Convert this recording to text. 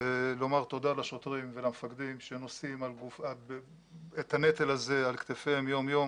לומר תודה לשוטרים ולמפקדים שהם נושאים את הנטל הזה על כתפיהם יום יום